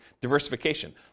diversification